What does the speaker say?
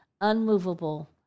unmovable